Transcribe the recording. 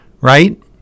right